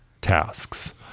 tasks